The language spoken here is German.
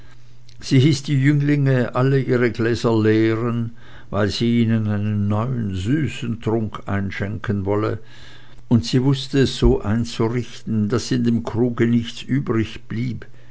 sie hieß die jünglinge alle ihre gläser leeren weil sie ihnen einen neuen süßen trunk einschenken wolle und sie wußte es so einzurichten daß in dem kruge nichts